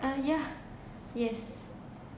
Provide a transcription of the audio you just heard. uh yeah yes